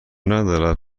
ندارد